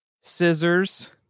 Scissors